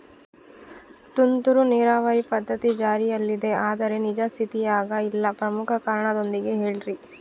ತುಂತುರು ನೇರಾವರಿ ಪದ್ಧತಿ ಜಾರಿಯಲ್ಲಿದೆ ಆದರೆ ನಿಜ ಸ್ಥಿತಿಯಾಗ ಇಲ್ಲ ಪ್ರಮುಖ ಕಾರಣದೊಂದಿಗೆ ಹೇಳ್ರಿ?